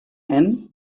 and